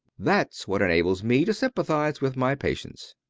thats what enables me to sympathize with my patients.